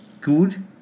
Good